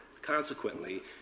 Consequently